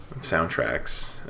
soundtracks